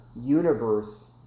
universe